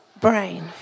brain